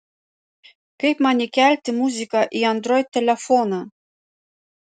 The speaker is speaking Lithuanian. kaip man įkelti muziką į android telefoną